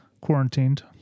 quarantined